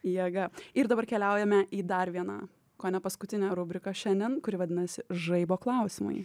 jėga ir dabar keliaujame į dar vieną kone paskutinę rubriką šiandien kuri vadinasi žaibo klausimai